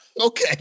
Okay